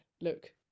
look